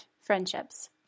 friendships